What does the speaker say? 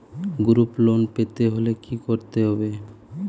Group loan পেতে হলে কি করতে হবে?